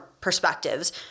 perspectives